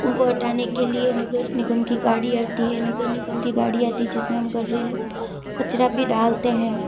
उनको हटाने के लिए नगर निगम की गाड़ी आती है नगर निगम की गाड़ी आती है जिसमें हम घरेलू कचरा भी डालते हैं